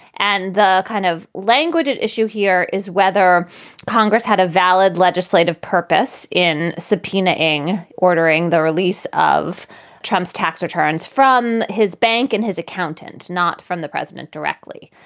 and the kind of language at issue here is whether congress had a valid legislative purpose in subpoenaing ordering the release of trump's tax returns from his bank and his accountant, not from the president directly.